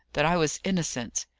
that i was innocent.